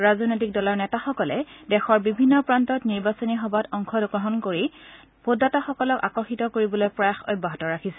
ৰাজনৈতিক দলৰ নেতাসকলে দেশৰ বিভিন্ন প্ৰান্তত নিৰ্বাচনী সভাত অংশগ্ৰহণ লৈ ভোটদাতাসকলক আকৰ্ষিত কৰিবলৈ প্ৰয়াস অব্যাহত ৰাখিছে